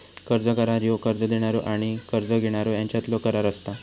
कर्ज करार ह्यो कर्ज देणारो आणि कर्ज घेणारो ह्यांच्यातलो करार असता